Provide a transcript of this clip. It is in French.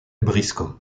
briscoe